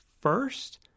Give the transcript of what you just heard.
First